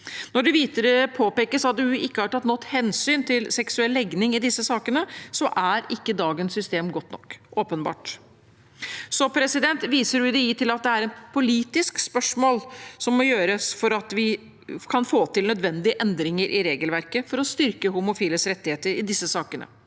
Når det videre påpekes at UDI ikke har tatt nok hensyn til seksuell legning i disse sakene, er ikke dagens system godt nok – åpenbart. UDI viser til at det er et politisk spørsmål som må avgjøres for at vi kan få til nødvendige endringer i regelverket for å styrke homofiles rettigheter i disse sakene.